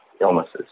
illnesses